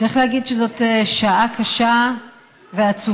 צריך להגיד שזאת שעה קשה ועצובה,